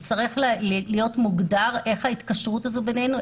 צריך יהיה להיות מוגדר איך ההתקשרות הזאת בינינו,